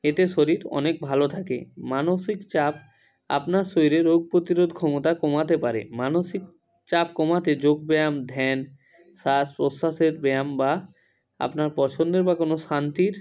এতে শরীর অনেক ভালো থাকে মানসিক চাপ আপনার শরীরে রোগ প্রতিরোধ ক্ষমতা কমাতে পারে মানসিক চাপ কমাতে যোগ ব্যায়াম ধ্যান শ্বাস প্রশ্বাসের ব্যায়াম বা আপনার পছন্দের বা কোনো শান্তির